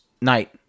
Night